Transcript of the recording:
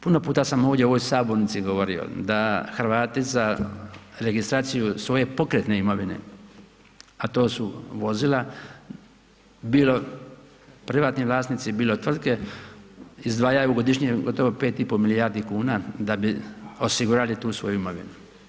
Puno puta sam ovdje u ovoj sabornici govorio, da Hrvati za registraciju svoje pokretne imovine, a to su vozila bilo privatni vlasnici bilo tvrtke izdvajaju godišnje gotovo 5,5 milijardi kuna da bi osigurali tu svoju imovinu.